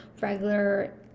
regular